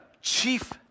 chief